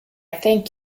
thank